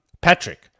Patrick